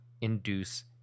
induce